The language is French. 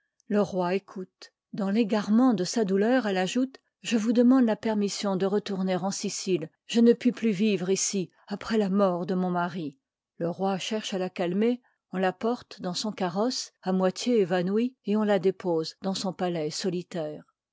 le roi écoute dans régarement de sa douleur elle ajoute je ous demande la permission de retourner en sicile je ne puis plus vivre ici prè fia mort de mon mari le roi cherche à calmer on la porte dans son cayrossc à bioitié évanouie et on la dépose dans son palais solitaire